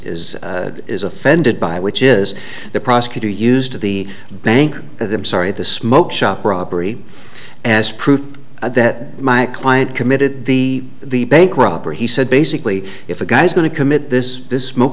is offended by which is the prosecutor used to the bank of i'm sorry the smoke shop robbery as proof that my client committed the the bank robber he said basically if a guy's going to commit this this smoke